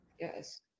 Yes